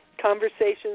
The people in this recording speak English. Conversations